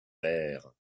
bear